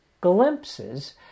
glimpses